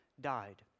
died